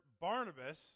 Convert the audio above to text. Barnabas